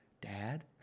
Dad